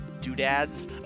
doodads